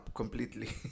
completely